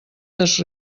des